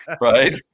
right